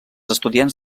estudiants